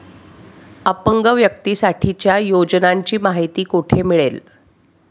अपंग व्यक्तीसाठीच्या योजनांची माहिती कुठे मिळेल?